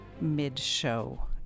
mid-show